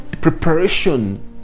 Preparation